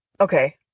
Okay